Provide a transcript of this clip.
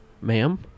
Ma'am